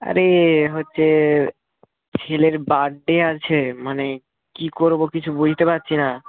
আরে হচ্ছে ছেলের বার্থডে আছে মানে কী করব কিছু বুঝতে পারছি না